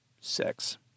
six